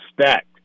stacked